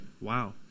Wow